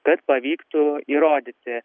kad pavyktų įrodyti